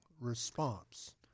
response